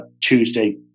tuesday